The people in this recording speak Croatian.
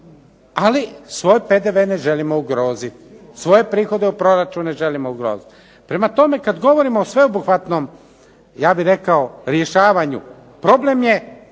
ali svoj PDV ne želimo ugroziti, svoje prihode u proračun ne želimo ugroziti. Prema tome, kad govorimo o sveobuhvatnom ja bih rekao rješavanju problem je